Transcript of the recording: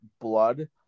blood